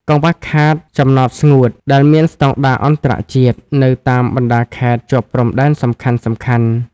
កង្វះខាត "ចំណតស្ងួត" ដែលមានស្ដង់ដារអន្តរជាតិ នៅតាមបណ្ដាខេត្តជាប់ព្រំដែនសំខាន់ៗ។